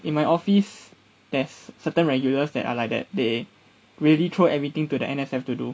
in my office there's certain regulars that are like that they really throw everything to the N_S_F to do